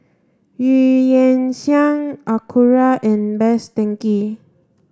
Eu Yan Sang Acura and Best Denki